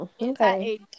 okay